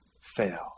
fail